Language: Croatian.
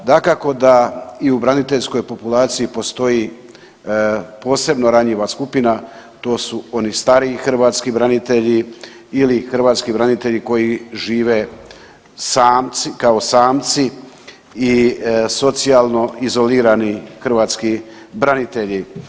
Dakako da i u braniteljskoj populaciji postoji posebno ranjiva skupina, to su oni stariji hrvatski branitelji ili hrvatski branitelji koji žive kao samci i socijalno izolirani hrvatski branitelji.